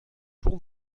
pour